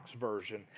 version